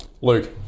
Luke